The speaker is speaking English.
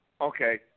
Okay